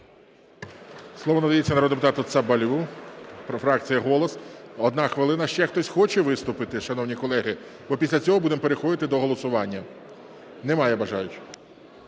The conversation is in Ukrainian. Слово надається народному депутату Цабалю, фракція "Голос", 1 хвилина. Ще хтось хоче виступити, шановні колеги, бо після цього будемо переходити до голосування? Немає бажаючих.